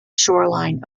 shoreline